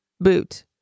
boot